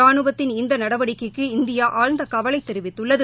ரானுவத்தின் இந்த நடவடிக்கைக்கு இந்தியா ஆழ்ந்த கவலை தெரிவித்துள்ளது